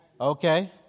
Okay